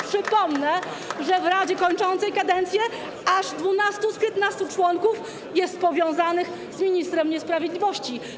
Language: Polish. Przypomnę, że w radzie kończącej kadencję aż 12 z 15 członków jest powiązanych z ministrem niesprawiedliwości.